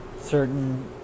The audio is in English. certain